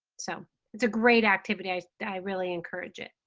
so it's a great activity i really encourage it,